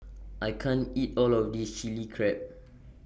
I can't eat All of This Chilli Crab